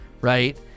right